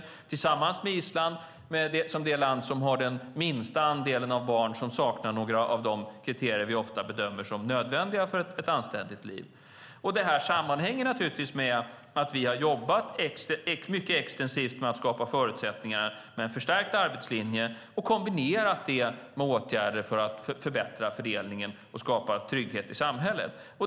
Det är tillsammans med Island, som är det land som har den minsta andelen barn som saknar några av de kriterier vi ofta bedömer som nödvändiga för ett anständigt liv. Detta sammanhänger naturligtvis med att vi har jobbat mycket extensivt med att skapa förutsättningar. Vi har haft en förstärkt arbetslinje och kombinerat den med åtgärder för att förbättra fördelningen och skapa trygghet i samhället.